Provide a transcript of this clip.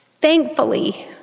thankfully